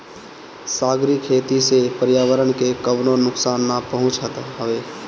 सागरी खेती से पर्यावरण के कवनो नुकसान ना पहुँचत हवे